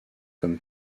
comme